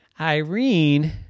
Irene